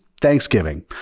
Thanksgiving